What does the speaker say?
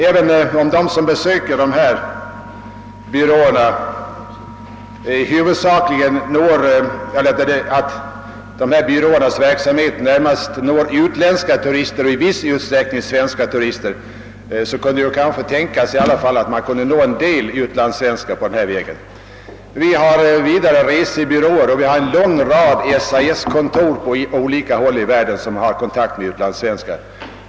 Även om dessa sistnämnda kontors verksamhet närmast gäller utländska turister och endast i viss utsträckning svenska turister kunde det ju tänkas att det vore möjligt att nå en del utlandssvenskar även på denna väg. Vi har vidare resebyråer och en lång rad SAS-kontor på olika håll i världen som har kontakt med utlandssvenskar.